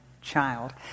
child